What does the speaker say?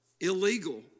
illegal